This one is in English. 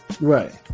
Right